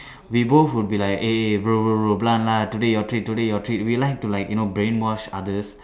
we both will be like eh bro bro bro belan lah today your treat today your treat we like to like you know brainwash others